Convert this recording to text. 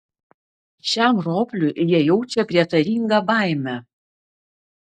šiam ropliui jie jaučia prietaringą baimę